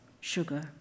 sugar